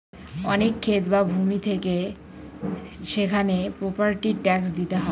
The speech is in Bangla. অনেক ক্ষেত বা ভূমি থাকে সেখানে প্রপার্টি ট্যাক্স দিতে হয়